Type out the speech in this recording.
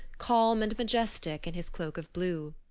calm and majestic in his cloak of blue.